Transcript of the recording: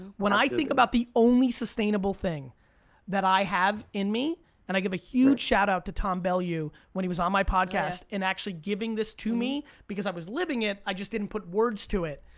when i think about the only sustainable thing that i have in me and i give a huge shout out to tom bilyeu when he was on my podcast and actually giving this to me. because i was living it. i just didn't put words to it.